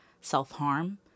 self-harm